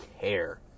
care